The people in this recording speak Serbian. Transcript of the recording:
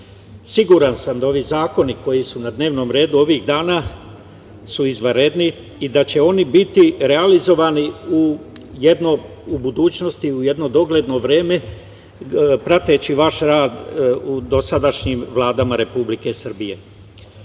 radu. Siguran sam da ovi zakoni koji su na dnevnom redu ovih dana su izvanredni i da će oni biti realizovani u budućnosti, u jedno dogledno vreme, prateći vaš rad u dosadašnjim vladama Republike